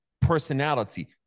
personality